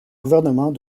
gouvernement